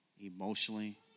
emotionally